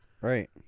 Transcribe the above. right